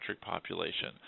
population